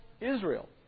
Israel